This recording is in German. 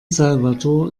salvador